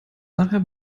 nachher